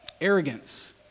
Arrogance